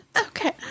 okay